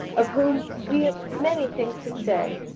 of whom we have many things to say,